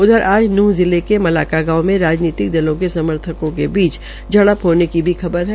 उधर आज नूंह जिले के मलाकां गांव में राजनीतिक दलों के समर्थकों के बीच झड़प हाजे की भी खबर है